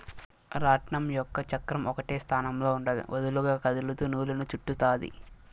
రాట్నం యొక్క చక్రం ఒకటే స్థానంలో ఉండదు, వదులుగా కదులుతూ నూలును చుట్టుతాది